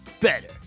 better